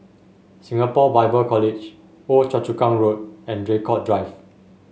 Singapore Bible College Old Choa Chu Kang Road and Draycott Drive